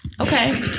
Okay